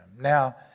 Now